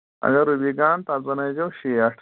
اَگر رُبی کان تَتھ بَنٲیزیو شیٹھ